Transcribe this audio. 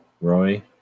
Roy